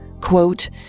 quote